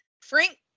Frank